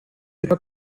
pero